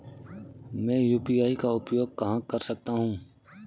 मैं यू.पी.आई का उपयोग कहां कर सकता हूं?